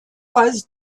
was